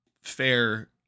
fair